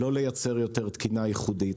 לא לייצר יותר תקינה ייחודית.